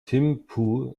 thimphu